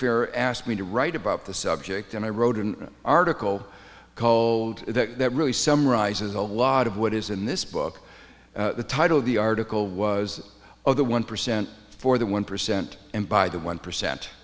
fair asked me to write about the subject and i wrote an article called that really summarizes a lot of what is in this book the title of the article was of the one percent for the one percent and by the one percent